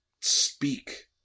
speak